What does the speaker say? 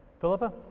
philippa.